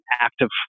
active